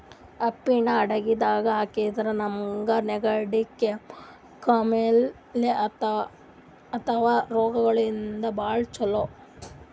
ಅರ್ಷಿಣ್ ಅಡಗಿದಾಗ್ ಹಾಕಿದ್ರಿಂದ ನಮ್ಗ್ ನೆಗಡಿ, ಕಾಮಾಲೆ ಅಂಥ ರೋಗಗಳಿಗ್ ಭಾಳ್ ಛಲೋ